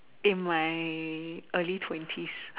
in my early twenties